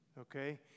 Okay